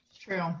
True